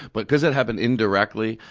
but because it happened indirectly.